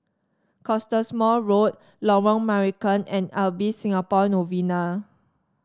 Cottesmore Road Lorong Marican and Ibis Singapore Novena